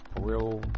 real